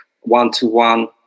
one-to-one